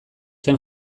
zen